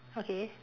okay